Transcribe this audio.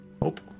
Nope